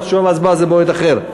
אבל תשובה והצבעה במועד אחר.